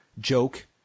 joke